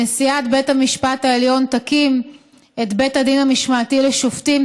נשיאת בית המשפט העליון תקים את בית הדין המשמעתי לשופטים.